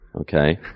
Okay